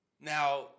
Now